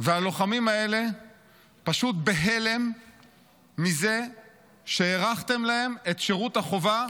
הלוחמים האלה פשוט בהלם מזה שהארכתם להם את שירות החובה,